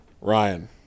Ryan